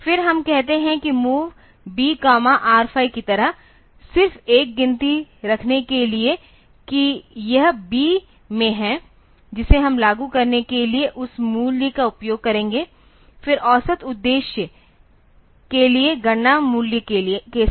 फिर हम कहते हैं कि MOV BR5 की तरह सिर्फ एक गिनती रखने के लिए कि यह B रजिस्टर में है जिसे हम लागू करने के लिए उस मूल्य का उपयोग करेंगे फिर औसत उद्देश्य के लिए गणना मूल्य के साथ